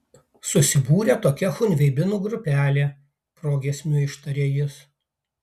susibūrė tokia chunveibinų grupelė progiesmiu ištarė jis